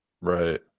right